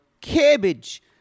Cabbage